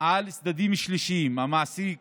על צדדים שלישיים, המעסיק